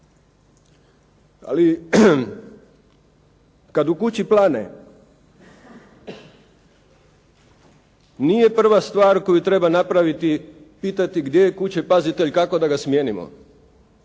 Ali kad u kući plane, nije prva stvar koju treba napraviti pitati gdje je kućepazitelj, kako da ga smijenio.